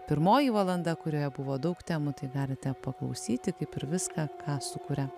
pirmoji valanda kurioje buvo daug temų tai galite paklausyti kaip ir viską ką sukuria